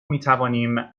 میتوانیم